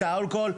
את האלכוהול,